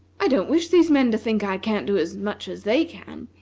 i don't wish these men to think i can't do as much as they can,